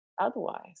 otherwise